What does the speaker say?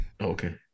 Okay